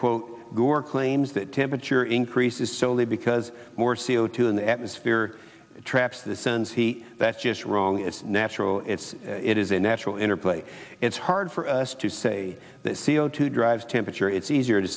quote gore claims that temperature increases solely because more c o two in the atmosphere traps the sun's heat that's just wrong it's natural it's it is a natural interplay it's hard for us to say that c o two drives temperature it's easier to